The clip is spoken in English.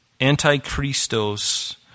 Antichristos